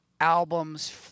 albums